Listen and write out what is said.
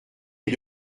est